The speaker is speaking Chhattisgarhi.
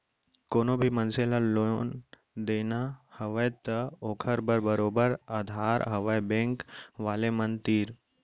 कोनो भी मनसे ल लोन देना हवय त ओखर बर बरोबर अधार हवय बेंक वाले मन तीर